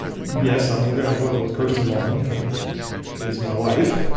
yes. i'm working on a book with kirsten mullen, who is my wife,